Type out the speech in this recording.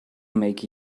make